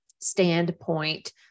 standpoint